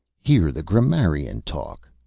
hear the grammarian talk!